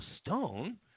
Stone